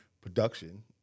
production